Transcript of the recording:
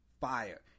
fire